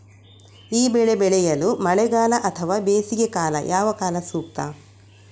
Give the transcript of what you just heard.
ಈ ಬೆಳೆ ಬೆಳೆಯಲು ಮಳೆಗಾಲ ಅಥವಾ ಬೇಸಿಗೆಕಾಲ ಯಾವ ಕಾಲ ಸೂಕ್ತ?